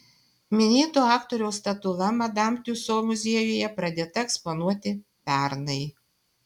minėto aktoriaus statula madam tiuso muziejuje pradėta eksponuoti pernai